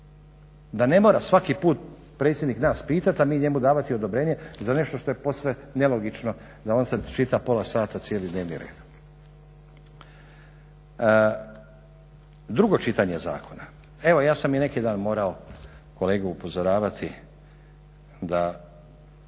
Da ne mora svaki put predsjednik nas pitati a mi njemu davati odobrenje za nešto što je posve nelogično da on sad čita pola sata cijeli dnevni red. Drugo čitanje zakona, evo ja sam i neki dan morao kolegu upozoravati da